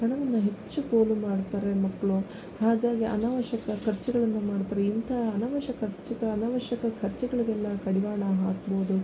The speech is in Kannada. ಹಣವನ್ನು ಹೆಚ್ಚು ಪೋಲು ಮಾಡ್ತಾರೆ ಮಕ್ಕಳು ಹಾಗಾಗಿ ಅನವಶ್ಯಕ ಖರ್ಚುಗಳನ್ನ ಮಾಡ್ತ್ರ್ ಇಂಥ ಅನವಶ್ಯ ಕರ್ಚ್ಗ್ ಅನವಶ್ಯಕ ಖರ್ಚುಗಳ್ಗೆಲ್ಲ ಕಡಿವಾಣ ಹಾಕ್ಬೋದು